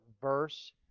verse